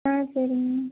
ஆ சரிங்க மேம்